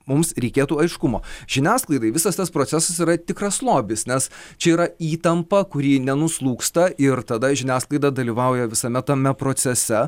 mums reikėtų aiškumo žiniasklaidai visas tas procesas yra tikras lobis nes čia yra įtampa kuri nenuslūgsta ir tada žiniasklaida dalyvauja visame tame procese